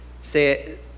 say